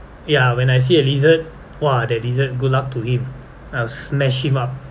ya when I see a lizard !wah! that lizard good luck to him I'll smash him up